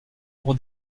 pour